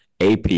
AP